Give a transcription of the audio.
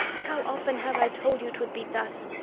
how often have i told you twould be thus!